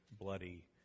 bloody